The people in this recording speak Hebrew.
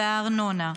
והארנונה,